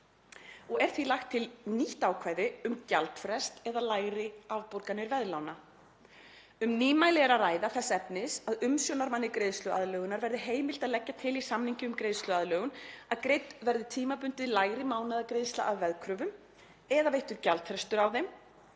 og er því lagt til nýtt ákvæði um gjaldfrest eða lægri afborganir veðlána. Um nýmæli er að ræða þess efnis að umsjónarmanni greiðsluaðlögunar verði heimilt að leggja til í samningi um greiðsluaðlögun að greidd verði tímabundið lægri mánaðargreiðsla af veðkröfum eða veittur gjaldfrestur á þeim,